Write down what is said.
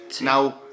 Now